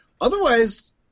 otherwise